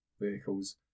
vehicles